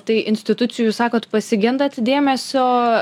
tai institucijų sakot pasigendat dėmesio